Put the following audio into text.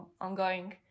ongoing